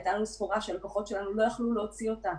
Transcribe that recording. הייתה לנו סחורה שהלקוחות שלנו לא יכלו להוציא אותה,